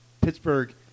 Pittsburgh